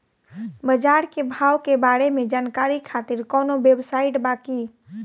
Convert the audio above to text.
बाजार के भाव के बारे में जानकारी खातिर कवनो वेबसाइट बा की?